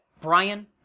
Brian